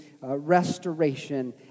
restoration